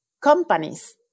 companies